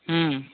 হুম